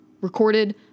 recorded